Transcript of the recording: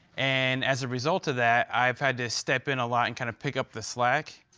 and as a result of that i've had to step in a lot, and kind of pick up the slack,